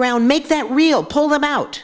ground make that real pull them out